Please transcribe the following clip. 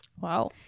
Wow